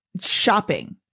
shopping